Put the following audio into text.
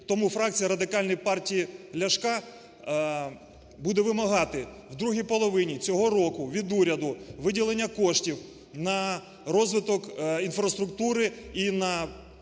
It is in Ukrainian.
Тому фракція Радикальної партії Ляшка буде вимагати в другій половині цього року від уряду виділення коштів на розвиток інфраструктури і на